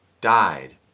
died